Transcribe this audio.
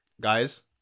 guys